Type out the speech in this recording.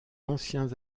anciens